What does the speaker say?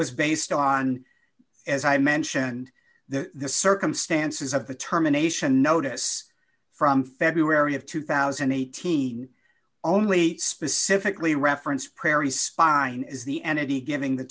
was based on as i mentioned the circumstances of the terminations notice from february of two thousand and eighteen only specifically reference prairie spine is the entity giving the